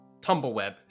Tumbleweb